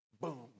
Boom